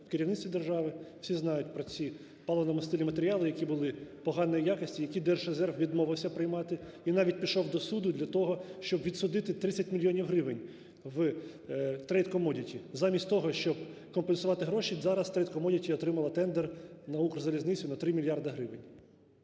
керівництві держави, всі знають про ці паливно-мастильні матеріали, які були поганої якості, які держрезерв відмовився приймати і навіть пішов до суду для того, щоб відсудити 30 мільйонів гривень в "Трейд Коммодити". Замість того, щоб компенсувати гроші, зараз "Трейд Коммодити" отримала тендер на "Укрзалізницю" на 3 мільярди гривень.